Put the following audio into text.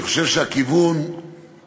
אני חושב שהכיוון שצריך